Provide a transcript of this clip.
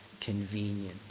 convenient